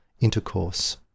intercourse